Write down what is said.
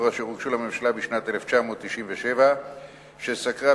אשר הוגשו לממשלה בשנת 1997. ועדה זו סקרה,